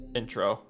intro